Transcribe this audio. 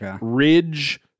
Ridge